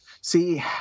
See